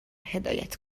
هدایت